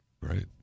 Right